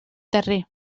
darrer